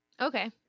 okay